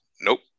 Nope